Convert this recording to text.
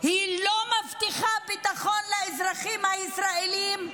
היא לא מבטיחה ביטחון לאזרחים הישראלים,